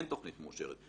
אין תוכנית מאושרת.